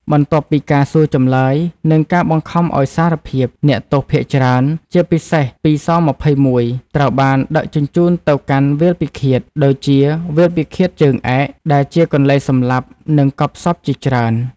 បន្ទាប់ពីការសួរចម្លើយ និងការបង្ខំឱ្យសារភាព អ្នកទោសភាគច្រើន (ជាពិសេសពី ស-២១) ត្រូវបានដឹកជញ្ជូនទៅកាន់ "វាលពិឃាត" ដូចជាវាលពិឃាតជើងឯក ដែលជាកន្លែងសម្លាប់ និងកប់សពជាច្រើន។